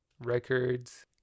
records